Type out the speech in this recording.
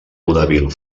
vodevil